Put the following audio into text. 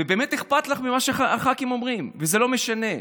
ובאמת אכפת לך ממה שהח"כים אומרים, וזה לא משנה.